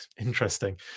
Interesting